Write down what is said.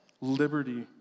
liberty